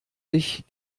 sich